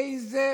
איזה